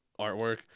artwork